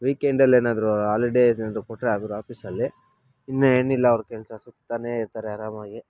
ವೀಕೆಂಡಲೇನಾದ್ರೂ holiday ಏನಾದರೂ ಕೊಟ್ಟರೆ ಅವ್ರು ಆಫೀಸಲ್ಲಿ ಇನ್ನೇನಿಲ್ಲ ಅವ್ರು ಕೆಲಸ ಸುತ್ತಾನೆಯಿರ್ತಾರೆ ಆರಾಮಾಗಿ